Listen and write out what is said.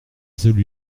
celui